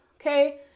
okay